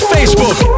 Facebook